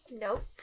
Nope